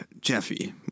Jeffy